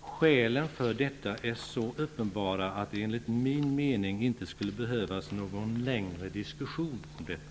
Skälen för detta är så uppenbara att det enligt min mening inte skulle behövas någon längre diskussion om detta.